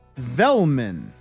Velman